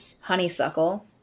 honeysuckle